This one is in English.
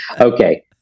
Okay